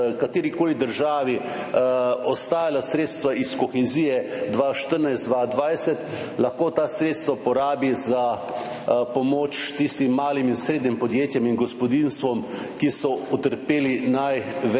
katerikoli državi ostala sredstva iz kohezije 2014–2020, ta sredstva porabi za pomoč tistim malim in srednjim podjetjem in gospodinjstvom, ki so utrpeli največ